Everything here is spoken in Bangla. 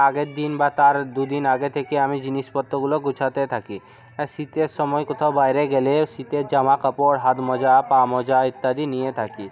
আগের দিন বা তার দুদিন আগে থেকে আমি জিনিসপত্রগুলো গুছাতে থাকি শীতের সময় কোথাও বাইরে গেলে শীতের জামা কাপড় হাত মোজা পা মোজা ইত্যাদি নিয়ে থাকি